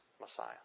Messiah